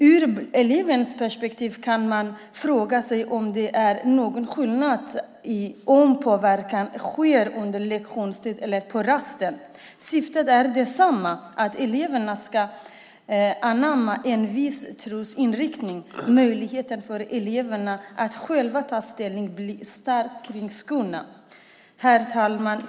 Man kan fråga sig om det ur elevens perspektiv är någon skillnad om påverkan sker under lektionstid eller på rasten. Syftet är detsamma, att eleverna ska anamma en viss trosinriktning. Möjligheten för eleverna att själva ta ställning blir starkt kringskuren. Herr talman!